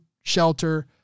shelter